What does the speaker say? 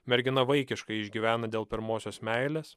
mergina vaikiškai išgyvena dėl pirmosios meilės